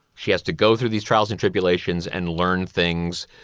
she has to go through these trials and tribulations and learn things.